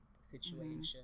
situation